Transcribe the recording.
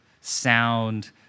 sound